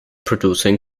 producing